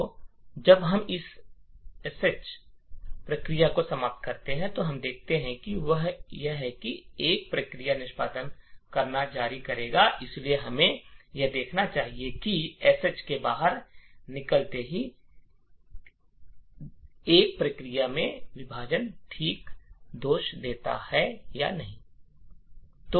तो जब हम इस श प्रक्रिया को समाप्त करते हैं जो हम देखते हैं वह यह है कि 1 प्रक्रिया निष्पादित करना जारी रखेगी इसलिए हमें यह देखना चाहिए कि हम एसएच से बाहर निकलें लेकिन हम क्या देखेंगे कि 1 प्रक्रिया में विभाजन दोष ठीक होगा